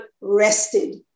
rested